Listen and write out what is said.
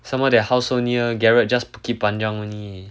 some more their house so near gerard just bukit panjang only